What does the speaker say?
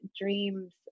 dreams